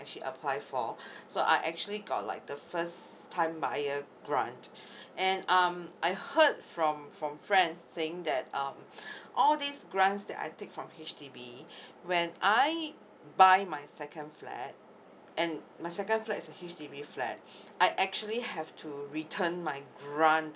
actually apply for so I actually got like the first time buyer grant and um I heard from from friends saying that um all these grants that I take from H_D_B when I buy my second flat and my second flat is a H_D_B flat I actually have to return my grant